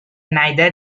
neither